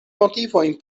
motivojn